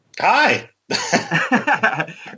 Hi